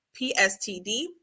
PSTD